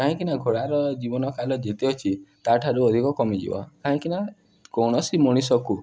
କାହିଁକିନା ଘୋଡ଼ାର ଜୀବନକାଳ ଯେତେ ଅଛି ତା' ଠାରୁ ଅଧିକ କମିଯିବ କାହିଁକିନା କୌଣସି ମଣିଷକୁ